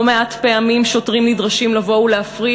לא מעט פעמים שוטרים נדרשים לבוא ולהפריד